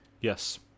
Yes